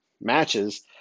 matches